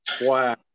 wow